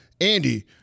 Andy